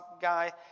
guy